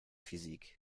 physique